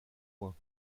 points